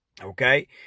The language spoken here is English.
Okay